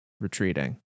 retreating